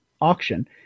auction